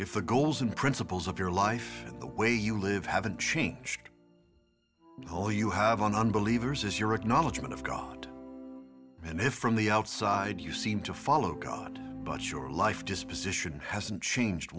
if the goals and principles of your life and the way you live haven't changed all you have on unbelievers is your acknowledgement of god and if from the outside you seem to follow god but sure life disposition hasn't changed